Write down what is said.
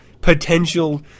potential